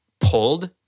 pulled